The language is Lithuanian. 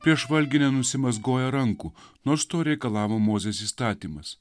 prieš valgį nenusimazgoja rankų nors to reikalavo mozės įstatymas